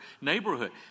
neighborhood